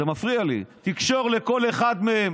זה מפריע לי, תקשור לכל אחת מהן